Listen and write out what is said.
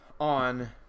on